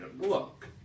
Look